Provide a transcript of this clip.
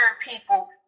people